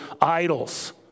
idols